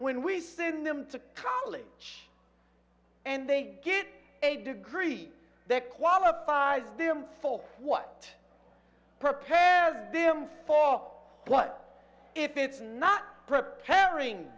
when we send them to college and they get a degree that qualifies them for what propels them fall but if it's not preparing